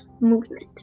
movement